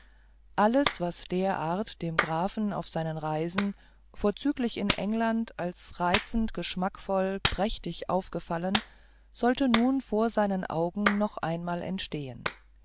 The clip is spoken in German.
alles was der art dem grafen auf seinen reisen vorzüglich in england als reizend geschmackvoll prächtig aufgefallen sollte nun vor seinen augen noch einmal entstehen